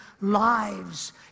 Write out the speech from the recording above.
lives